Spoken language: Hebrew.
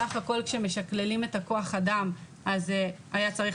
בסך הכול כשמשקללים את כוח האדם אז היה צריך